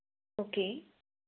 okay